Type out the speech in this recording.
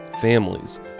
families